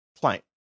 client